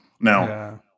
Now